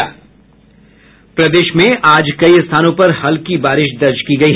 प्रदेश में आज कई स्थानों पर हल्की बारिश दर्ज की गयी